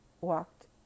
walked